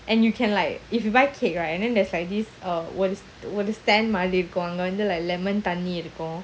and you can like if you buy cake right and then there's like this uh like lemon பண்ணிருக்கோம்:pannirukom